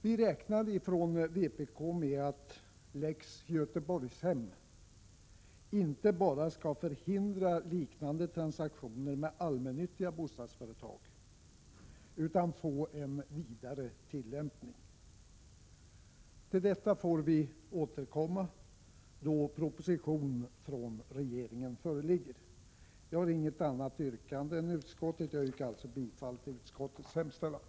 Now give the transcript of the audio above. Vi räknar från vpk med att lex Göteborgshem inte bara skall förhindra liknande transaktioner med allmännyttiga bostadsföretag, utan få en vidare tillämpning. Till detta får vi återkomma då proposition från regeringen föreligger. Jag har inget annat yrkande än utskottet, och jag yrkar bifall till utskottets hemställan.